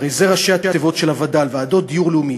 הרי זה ראשי התיבות של המילה וד"ל: ועדות לדיור לאומי.